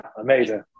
amazing